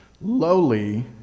lowly